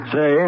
Say